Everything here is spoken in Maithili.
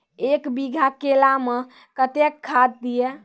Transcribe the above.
एक बीघा केला मैं कत्तेक खाद दिये?